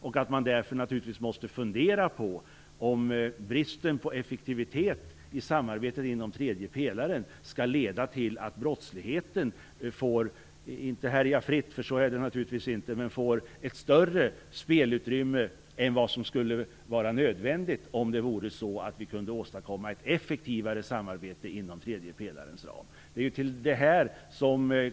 Därför måste vi naturligtvis fundera över om bristen på effektivitet i samarbetet inom tredje pelaren skall få leda till att brottsligheten får ett större spelutrymme än den skulle få om vi kunde åstadkomma ett effektivare samarbete inom tredje pelarens ram.